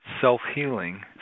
self-healing